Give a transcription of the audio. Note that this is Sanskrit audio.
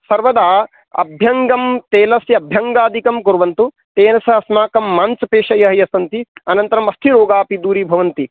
सर्वदा अभ्यङ्गं तैलस्य अभ्यङ्गादिकं कुर्वन्तु तेन सह अस्माकं मांसपेशयः ये सन्ति अनन्तरं अस्थिरोगाः अपि दूरीभवन्ति